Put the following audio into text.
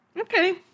Okay